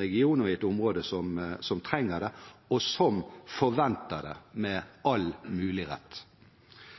region og i et område som trenger det, og som forventer det, med all mulig rett.